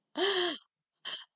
uh